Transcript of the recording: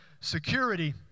security